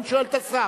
אני שואל את השר.